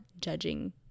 judging